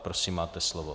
Prosím, máte slovo.